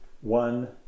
one